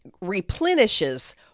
replenishes